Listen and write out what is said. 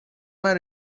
man